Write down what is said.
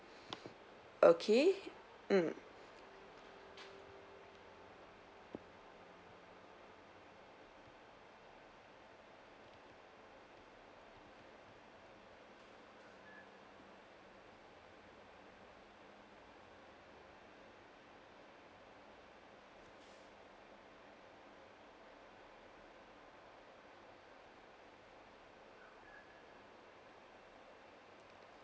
okay mm